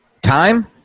Time